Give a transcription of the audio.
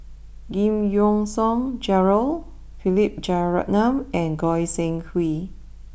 Giam Yean Song Gerald Philip Jeyaretnam and Goi Seng Hui